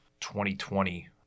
2020